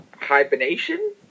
hibernation